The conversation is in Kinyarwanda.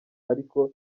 ariko